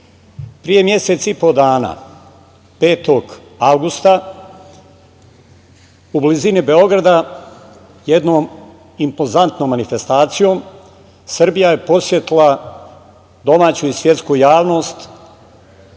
mesec i po dana, 5. avgusta, u blizini Beograda jednom impozantnom manifestacijom, Srbija je podsetila domaću i svetsku javnost